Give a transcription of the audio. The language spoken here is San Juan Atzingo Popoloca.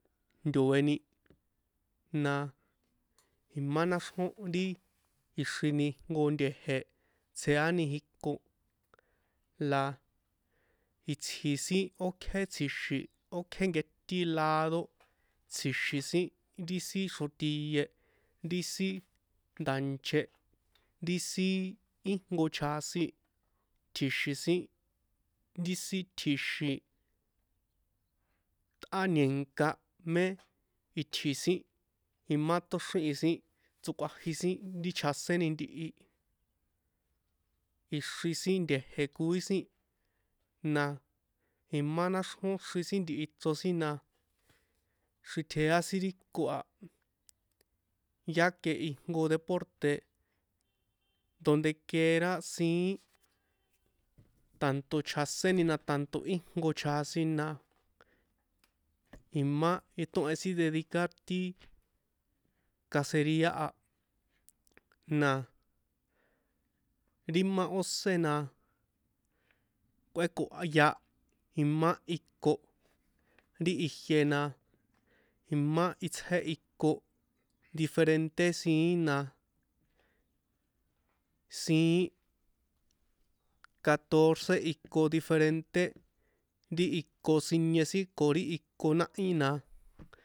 Ntoe̱ni na imá náxrjón ri ixrini jnko nte̱je̱ tsjeani iko la itsji sin ókjé tsji̱xi̱n ókjé nketín lado tsji̱xi̱n sin ri sin xrotie ri sin nda̱nche ri sin íjnko chjasin tji̱xi̱n sin ri sin tji̱xi̱n tꞌáni̱nka mé itji sin imá tóxrihi̱n tsokꞌuajin sin ri chjaséni ntihi ixri sin nte̱je̱ koí sin na imá náxrjón ixri sin ntihi ichro sin na xritjea sin ri iko a ya que ijnko deporte dondequiera siín tanto chjaséni na tanto íjnko chjasin na imá tóhen sin dedicar ti caceria a na ri imá ósé na kꞌuékohya imá iko ri ijie na imá itsjé iko diferente siín na siín catorce iko diferente ri iko sinie sin ko ri iko náhí na